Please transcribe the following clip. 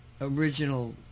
original